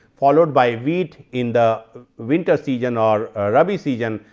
followed by wheat in the winter season or rabi season.